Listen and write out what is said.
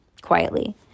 quietly